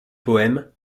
poèmes